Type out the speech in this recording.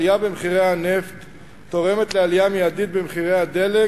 עלייה במחירי הנפט תורמת לעלייה מיידית במחירי הדלק